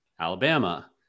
Alabama